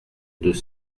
deux